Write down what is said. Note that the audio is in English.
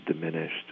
diminished